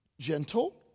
Gentle